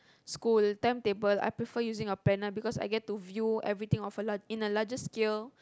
school timetable I prefer a planner because I get to view everything of a in a larger scale